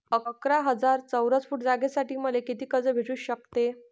अकरा हजार चौरस फुट जागेसाठी मले कितीक कर्ज भेटू शकते?